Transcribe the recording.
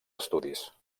estudis